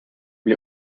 bli